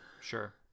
Sure